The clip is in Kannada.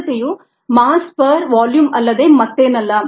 ಸಾಂದ್ರತೆಯು ಮಾಸ್ ಪರ್ ವಾಲ್ಯೂಮ್ ಅಲ್ಲದೆ ಮತ್ತೇನಲ್ಲ